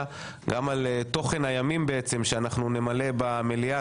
גם על תוכן הימים שאנחנו נמלא במליאה,